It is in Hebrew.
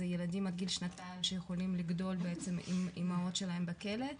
זה ילדים עד גיל שנתיים שיכולים לגדול בעצם עם האימהות שלהם בכלא,